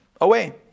away